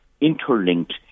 interlinked